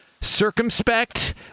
circumspect